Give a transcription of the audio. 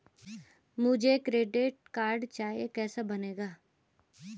मुझे credit card चाहिए कैसे बनेगा?